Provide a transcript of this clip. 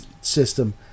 system